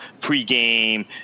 pre-game